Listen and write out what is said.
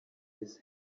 his